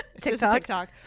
TikTok